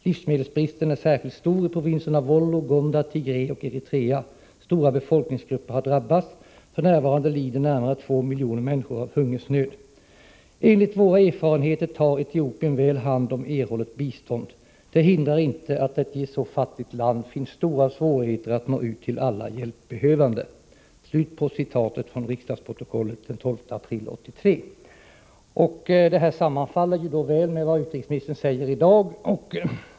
Livsmedelsbristen är särskilt stor i provinserna Wollo, Gondar, Tigré och Eritrea. Stora befolkningsgrupper har drabbats. F.n. lider närmare två miljoner människor av hungersnöd. Enligt våra erfarenheter tar Etiopien väl hand om erhållet bistånd. Det hindrar inte att det i ett så fattigt land finns stora svårigheter att nå ut till alla hjälpbehövande.” Detta sammanfaller som sagt väl med utrikesministerns svar i dag.